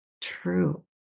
true